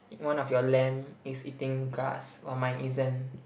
one of your lamb is eating grass while mine isn't